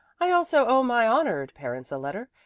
i also owe my honored parents a letter,